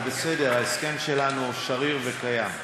זה בסדר, ההסכם שלנו שריר וקיים.